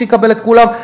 שיקבל את כולם,